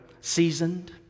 seasoned